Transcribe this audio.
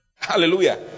Hallelujah